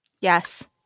Yes